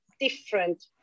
different